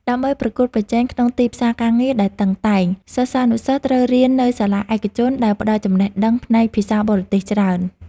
ដើម្បីប្រកួតប្រជែងក្នុងទីផ្សារការងារដែលតឹងតែង សិស្សានុសិស្សត្រូវរៀននៅសាលាឯកជនដែលផ្ដល់ចំណេះដឹងផ្នែកភាសាបរទេសច្រើន។